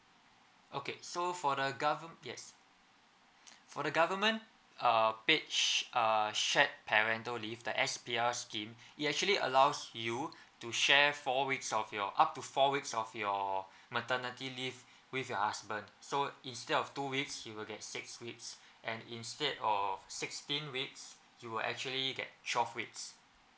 okay so for the govern~ yes for the government uh paid sh~ uh shared parental leave the S_P_R scheme it actually allows you to share four weeks of your up to four weeks of your maternity leave with your husband so instead of two weeks he will get six weeks and instead of sixteen weeks you'll actually get twelve weeks